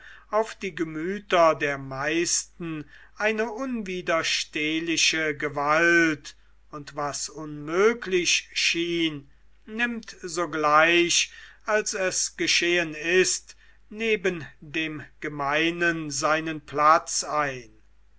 auf die gemüter der meisten eine unwiderstehliche gewalt und was unmöglich schien nimmt sogleich als es geschehen ist neben dem gemeinen seinen platz ein